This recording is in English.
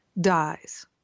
dies